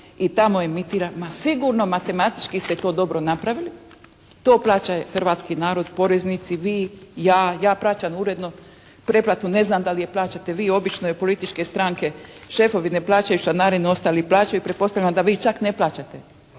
i tamo emitira. Ma sigurno matematički ste to dobro napravili, to plaća hrvatski narod, poreznici, vi, ja, ja plaćam uredno pretplatu, ne znam da li je plaćate vi. Obično je političke stranke, šefovi ne plaćaju članarinu, ostali plaćaju. Pretpostavljam da vi čak ne plaćate.